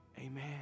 Amen